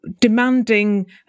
demanding